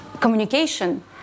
communication